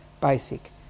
basic